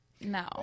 No